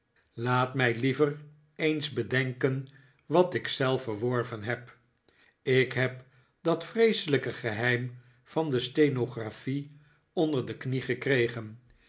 laat mij liever eens bedenken wat ik zelf verworven heb ik heb dat vreeselijke geheim van de stenographie onder de knie gekregen